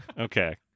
Okay